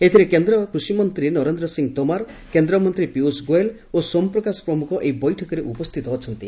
ଏଥିରେ କେନ୍ଦ୍ର କୃଷିମନ୍ତ୍ରୀ ନରେନ୍ଦ୍ର ସିଂହ ତୋମାର କେନ୍ଦ୍ରମନ୍ତ୍ରୀ ପୀୟଷ ଗୋଏଲ୍ ଓ ସୋମପ୍ରକାଶ ପ୍ରମୁଖ ଏହି ବୈଠକରେ ଉପସ୍ଥିତ ଅଛନ୍ତି